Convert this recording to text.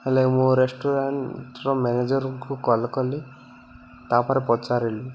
ହେଲେ ମୁଁ ରେଷ୍ଟୁରାଣ୍ଟ୍ର ମ୍ୟାନେଜର୍ଙ୍କୁ କଲ୍ କଲି ତା'ପରେ ପଚାରିଲି